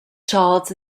charles